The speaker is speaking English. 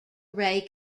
ray